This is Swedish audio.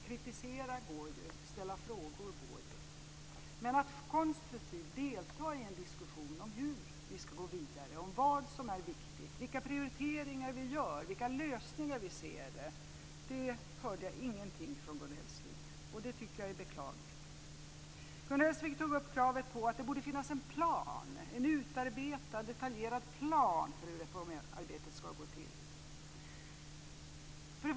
Kritisera går ju, ställa frågor går ju, men att konstruktivt delta i en diskussion om hur vi ska gå vidare, vad som är viktigt, vilka prioriteringar vi gör och vilka lösningar vi ser hörde jag ingenting om från Gun Hellsvik. Det tycker jag är beklagligt. Gun Hellsvik tog upp kravet på att det borde finnas en plan, en utarbetad detaljerad plan för hur reformarbetet ska gå till.